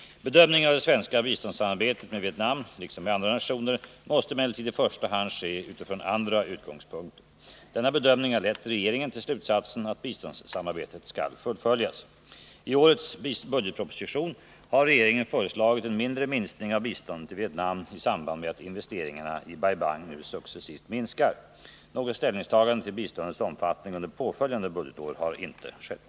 Bedömningen av det svenska biståndssamarbetet med Vietnam liksom med andra nationer måste emellertid i första hand ske utifrån andra utgångspunkter. Denna bedömning har lett regeringen till slutsatsen att biståndssamarbetet skall fullföljas. I årets budgetproposition har regeringen föreslagit en mindre minskning av biståndet till Vietnam i samband med att investeringarna i Bai Bang nu successivt minskar. Något ställningstagande till biståndets omfattning under påföljande budgetår har inte skett.